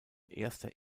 erster